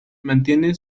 mantiene